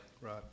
Right